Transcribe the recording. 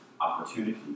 opportunity